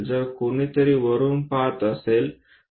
तर कोणीतरी वरुन पहात असेल तर